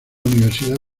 universidad